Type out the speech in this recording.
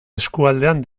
eskualdean